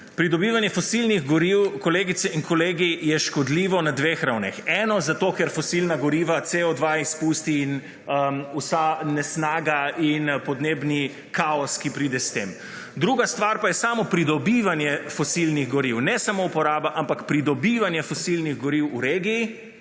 pridobivanje fosilnih goriv, kolegice in kolegi, je škodljivo na dveh ravneh. Eno, zato, ker fosilna goriva, Co2 izpusti in vsa nesnaga in podnebni kaos, ki pride s tem, druga stvar pa je samo pridobivanje fosilnih goriv; ne samo uporaba, ampak pridobivanje fosilnih goriv v regiji,